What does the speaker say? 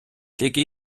тільки